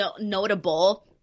notable